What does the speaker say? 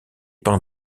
pins